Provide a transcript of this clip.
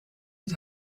het